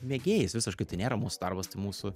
mėgėjais visiškai tai nėra mūsų darbas tai mūsų